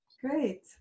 great